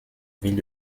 ville